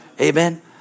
Amen